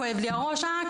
כואב לי" - "אה,